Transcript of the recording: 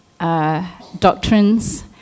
doctrines